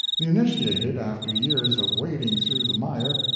the initiated, after years of wading through the mire,